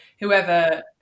whoever